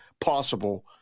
possible